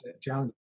challenges